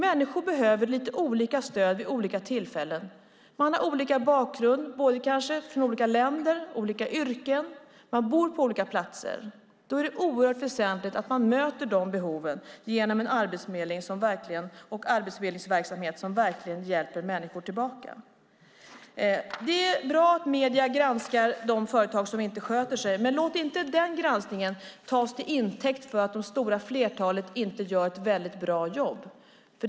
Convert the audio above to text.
Människor behöver lite olika stöd vid olika tillfällen. Man har olika bakgrund, är från olika länder, har olika yrken och bor på olika platser. Då är det oerhört väsentligt att man möter de behoven genom en arbetsförmedling och en arbetsförmedlingsverksamhet som verkligen hjälper människor tillbaka. Det är bra att medierna granskar de företag som inte sköter sig, men låt inte den granskningen tas till intäkt för att det stora flertalet inte gör ett väldigt bra jobb!